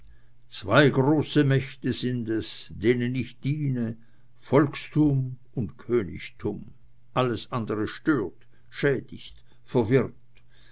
zwei große mächte sind es denen ich diene volkstum und königtum alles andere stört schädigt verwirrt